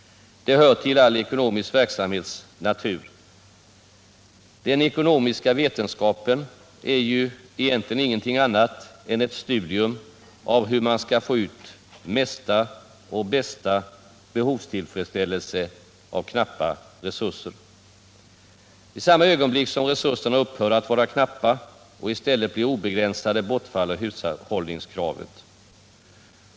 Det hör till all ekonomisk verksamhets natur. Den ekonomiska vetenskapen är ju egentligen ingenting annat än ett studium av hur man skall få ut mesta och bästa behovstillfredsställelse av knappa resurser. I samma ögonblick som resurserna upphör att vara knappa och i stället blir obegränsade bortfaller hushållningskravet.